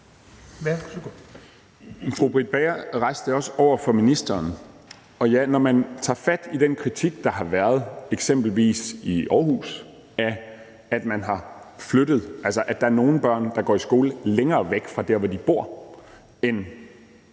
Fru Britt Bager rejste også spørgsmålet over for ministeren, og når man tager fat i den kritik, der har været, eksempelvis i Aarhus, af, at der er nogle børn, der går i skole længere væk fra, hvor de bor, end